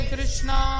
Krishna